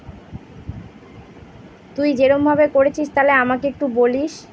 তুই যেরমভাবে করেছিস তাহলে আমাকে একটু বলিস